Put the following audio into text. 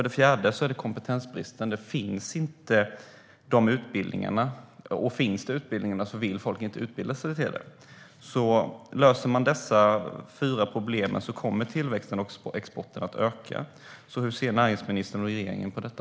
Det är kompetensbrist, men utbildningarna finns inte - och finns utbildningarna vill folk inte utbilda sig till det. Löser man dessa fyra problem kommer tillväxten och exporten att öka. Hur ser näringsministern och regeringen på detta?